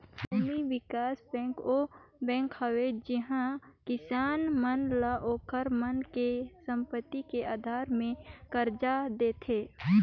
भूमि बिकास बेंक ओ बेंक हवे जिहां किसान मन ल ओखर मन के संपति के आधार मे करजा देथे